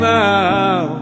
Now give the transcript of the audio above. now